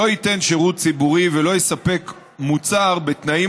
לא ייתן שירות ציבורי ולא יספק מוצר בתנאים